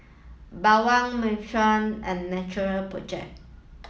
Bawang and Natural project